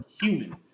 human